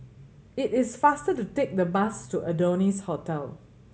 it is faster to take the bus to Adonis Hotel